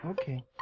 okay